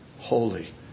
holy